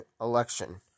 election